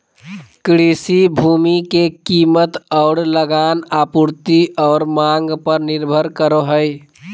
कृषि भूमि के कीमत और लगान आपूर्ति और मांग पर निर्भर करो हइ